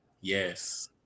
Yes